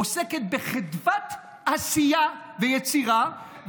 עוסקת בחדוות עשייה ויצירה,